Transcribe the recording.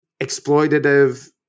exploitative